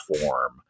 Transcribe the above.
form